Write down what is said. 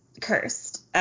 cursed